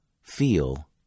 feel